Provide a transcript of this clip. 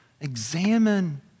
Examine